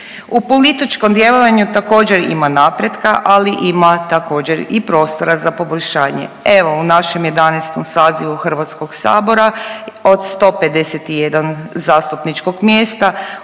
U političkom djelovanju također ima napretka ali ima također i prostora za poboljšanje. Evo u našem 11. sazivu HS-a od 151 zastupničkog mjesta